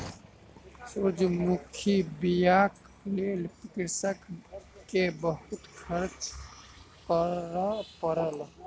सूरजमुखी बीयाक लेल कृषक के बहुत खर्च करअ पड़ल